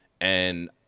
And-